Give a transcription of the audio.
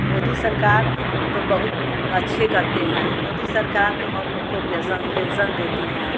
मोदी सरकार तो बहुत अच्छे करते हैं मोदी सरकार तो हम लोग को पेल्सन पेन्सन देती है